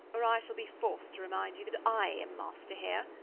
or i shall be forced to remind you that i am master here.